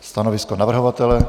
Stanovisko navrhovatele?